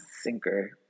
sinker